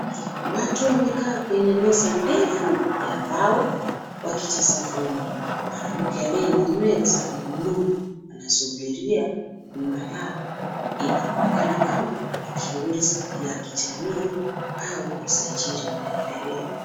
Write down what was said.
Watu wamekaa kwenye meza ndefu ya mbao, wakijaza fomu . Mwanamke aliye na nywele za bluu anasubiria nyuma yao. Inaonekana kama shughuli ya kijamii au usajili inaendelea.